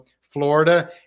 Florida